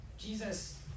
Jesus